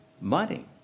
money